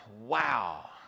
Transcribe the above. wow